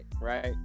right